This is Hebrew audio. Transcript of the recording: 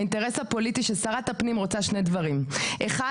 האינטרס הפוליטי הוא ששרת הפנים רוצה שני דברים: ראשית,